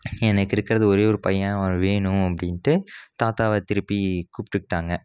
எனக்கு இருக்கிறது ஒரே ஒரு பையன் அவர் வேணும் அப்படின்ட்டு தாத்தாவை திருப்பி கூப்பிட்டுகிட்டாங்க